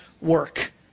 work